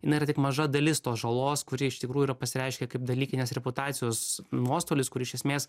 jinai yra tik maža dalis tos žalos kuri iš tikrųjų yra pasireiškia kaip dalykinės reputacijos nuostolis kur iš esmės